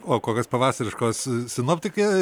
o kokios pavasariškos sinoptikė